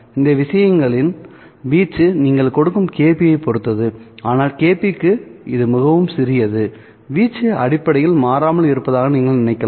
இந்த விஷயங்களின் வீச்சு நீங்கள் கொடுக்கும் kp ஐப் பொறுத்தது ஆனால் kp க்கு இது மிகவும் சிறியது வீச்சு அடிப்படையில் மாறாமல் இருப்பதாக நீங்கள் நினைக்கலாம்